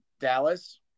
Dallas